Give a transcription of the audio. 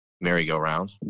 merry-go-round